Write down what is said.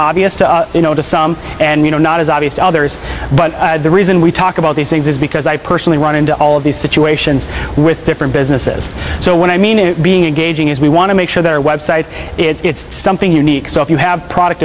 obvious to you know to some and you know not as obvious to others but the reason we talk about these things is because i personally run into all of these situations with different businesses so when i mean it being a gauging is we want to make sure that our website it's something unique so if you have product